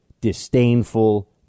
disdainful